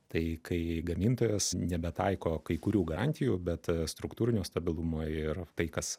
tai kai gamintojas nebetaiko kai kurių garantijų bet struktūrinio stabilumo ir tai kas